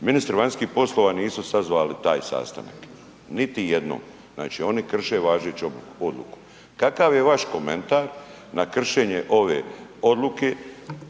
ministru vanjskih poslova nisu sazvali taj sastanak. Niti jednom. Znači oni krše važeću odluku. Kakav je vaš komentar na kršenje ove odluku